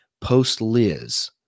post-Liz